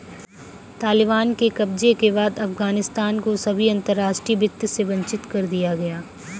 तालिबान के कब्जे के बाद अफगानिस्तान को सभी अंतरराष्ट्रीय वित्त से वंचित कर दिया गया